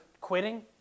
quitting